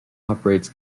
operates